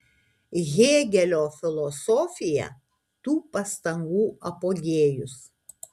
hėgelio filosofija tų pastangų apogėjus